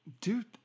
Dude